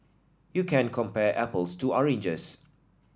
you can't compare apples to oranges